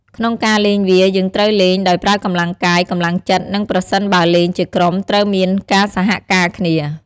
ក្នុងការលេងវា យើងត្រូវលេងដោយប្រើកម្លាំងកាយ កម្លាំងចិត្ត និងប្រសិនបើលេងជាក្រុមត្រូវមានការសហការគ្នា។